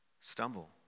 stumble